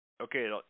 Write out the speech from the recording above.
Okay